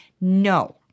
no